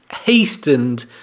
hastened